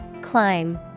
Climb